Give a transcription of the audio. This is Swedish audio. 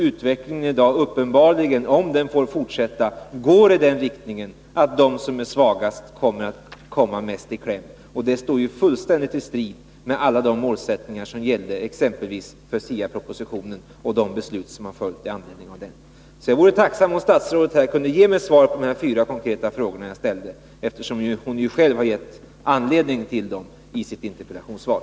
Utvecklingeni dag, om den får fortsätta, går uppenbarligen i riktning mot att de svagaste kommer mest i kläm. Det står ju fullständigt i strid mot alla målsättningar som gällde för exempelvis SIA-propositionen och de beslut som har tagits i anledning av den. Jag vore tacksam om statsrådet ville ge mig svar på de fyra konkreta frågor som jag har ställt. Hon har ju själv gett anledning till dem i sitt interpellationssvar.